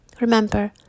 Remember